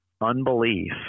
unbelief